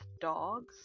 Dogs